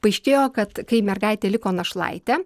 paaiškėjo kad kai mergaitė liko našlaitė